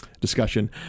discussion